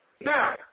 now